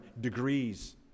degrees